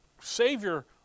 Savior